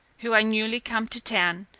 who are newly come to town,